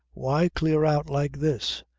why clear out like this?